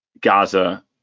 Gaza